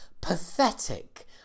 pathetic